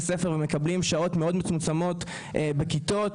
הספר ומקבלים שעות מאוד מצומצמות בכיתות,